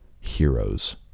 heroes